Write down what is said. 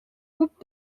күп